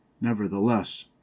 nevertheless